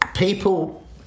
People